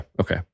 Okay